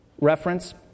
reference